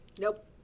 Nope